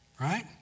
Right